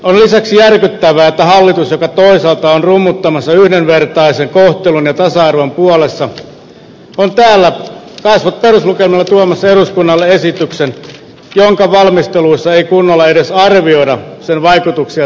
on lisäksi järkyttävää että hallitus joka toisaalta on rummuttamassa yhdenvertaisen kohtelun ja tasa arvon puolesta on täällä kasvot peruslukemilla tuomassa eduskunnalle esityksen jonka valmisteluissa ei kunnolla edes arvioida sen vaikutuksia tasa arvoon